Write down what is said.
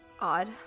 odd